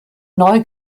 neu